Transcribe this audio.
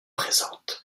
présentent